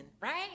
right